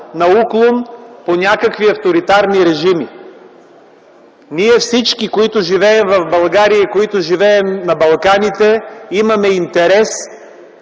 на уклон по някакви авторитарни режими. Всички ние, които живеем в България и на Балканите, имаме интерес